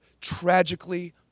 tragically